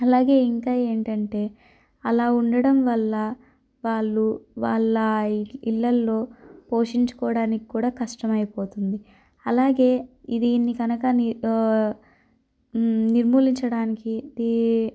అలాగే ఇంకా ఏంటంటే అలా ఉండటం వల్ల వాళ్ళు వాళ్ళ ఇళ్ళల్లో పోషించుకోవడానికి కూడా కష్టం అయిపోతుంది అలాగే దీన్ని కనుక నిర్మూలించడానికి